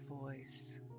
voice